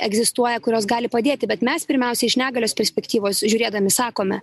egzistuoja kurios gali padėti bet mes pirmiausia iš negalios perspektyvos žiūrėdami sakome